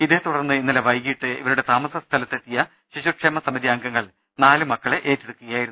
ഇതേതുടർന്ന് ഇന്നലെ വൈകീട്ട് ഇവരുടെ താമസ സ്ഥലത്തെ ത്തിയ ശിശുക്ഷേമ സമിതി അംഗങ്ങൾ നാലു മക്കളെ ഏറ്റെടുക്കുക യായിരുന്നു